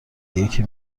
یکی